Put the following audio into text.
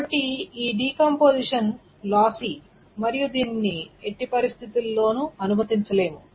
కాబట్టి ఈ decomposition lossy మరియు దీనిని ఎట్టి పరిస్థితుల్లోనూ అనుమతించలేము